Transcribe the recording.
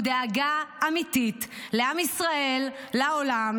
הוא דאגה אמיתית לעם ישראל ולעולם,